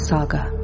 Saga